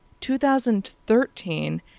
2013